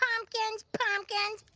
pumpkins, pumpkins.